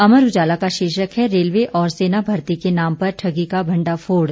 अमर उजाला का शीर्षक है रेलवे और सेना मर्ती के नाम पर ठगी का भंडाफोड़